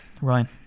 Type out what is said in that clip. Ryan